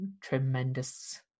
tremendous